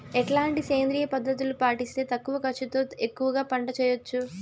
ఎట్లాంటి సేంద్రియ పద్ధతులు పాటిస్తే తక్కువ ఖర్చు తో ఎక్కువగా పంట చేయొచ్చు?